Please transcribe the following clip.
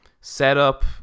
setup